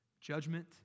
judgment